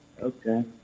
Okay